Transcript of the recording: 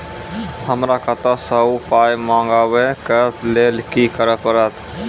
हमरा कतौ सअ पाय मंगावै कऽ लेल की करे पड़त?